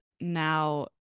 now